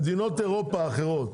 במדינות אירופה אחרות,